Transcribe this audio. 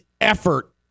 effort